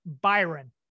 Byron